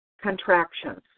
contractions